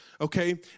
okay